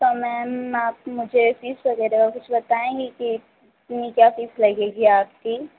तो मैम आप मुझे फ़ीस वग़ैरह का कुछ बताएँगी कि कितनी क्या फ़ीस लगेगी आपकी